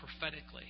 prophetically